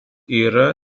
yra